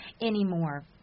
anymore